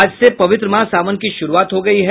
आज से पवित्र माह सावन की शुरूआत हो गयी है